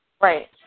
Right